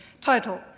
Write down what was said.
title